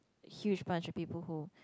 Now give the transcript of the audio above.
huge bunch of people who